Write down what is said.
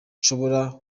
nshobora